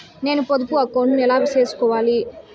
నేను పొదుపు అకౌంటు ను ఎలా సేసుకోవాలి?